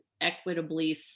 equitably